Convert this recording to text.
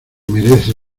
merece